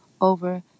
over